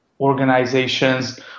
organizations